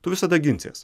tu visada ginsies